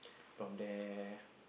from there